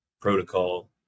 protocol